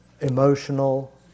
emotional